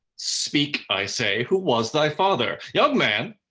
speak, i say, who was thy father? young man,